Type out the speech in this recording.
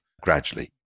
gradually